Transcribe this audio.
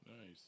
Nice